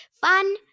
Fun